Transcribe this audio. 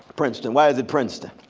princeton. why is it princeton?